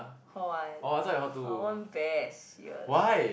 hall one hall one best serious